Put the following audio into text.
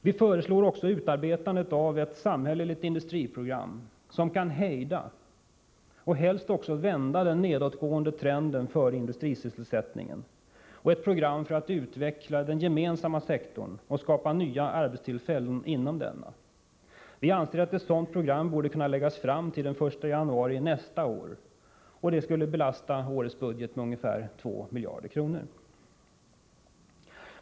Vi föreslår också utarbetande av ett samhälleligt industriprogram som kan hejda, och helst också vända, den nedåtgående trenden för industrisysselsättningen och ett program för att utveckla den gemensamma sektorn och skapa nya arbetstillfällen inom denna. Vi anser att ett sådant program borde kunna läggas fram till den 1 januari nästa år. Det skulle belasta årets budget med ungefär 2 miljarder kronor.